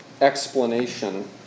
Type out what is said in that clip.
explanation